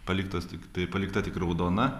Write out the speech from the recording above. paliktos tiktai palikta tik raudona